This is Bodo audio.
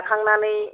जाखांनानै